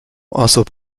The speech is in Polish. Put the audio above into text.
osób